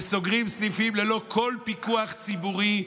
וסוגרים סניפים ללא כל פיקוח ציבורי,